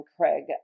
Craig